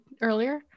earlier